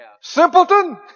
Simpleton